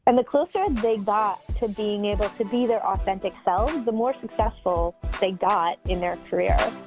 and the closer ah they got to being able to be their authentic selves, the more successful they got in their career.